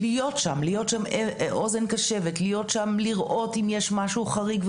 להיות אוזן קשבת; כדי לראות אם יש משהו חריג,